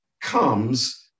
comes